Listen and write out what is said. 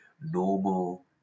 normal